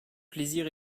plaisir